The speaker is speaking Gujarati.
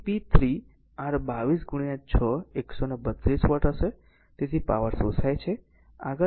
તેથી p 3 r 22 6 132 વોટ હશે તેથી પાવર શોષાય છે